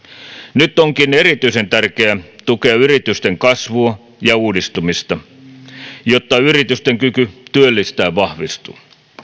nyt onkin erityisen tärkeää tukea yritysten kasvua ja uudistumista jotta yritysten kyky työllistää vahvistuu